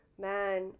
man